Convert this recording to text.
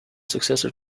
successor